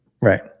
right